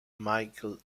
michael